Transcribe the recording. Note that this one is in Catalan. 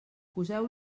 poseu